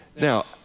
Now